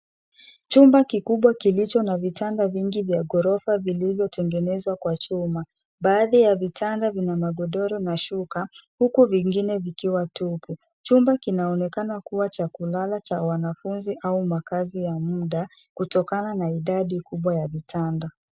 Chumba kikubwa kilicho na vitanda vingi vya ghorofa vilivyotengenezwa kwa chuma. Baadhi ya vitanda vina magodoro na shuka, huku vingine vikiwa tupu. Chumba kinaonekana kuwa cha kulala cha wanafunzi au makazi ya muda, kutokana na idadi kubwa ya vitanda.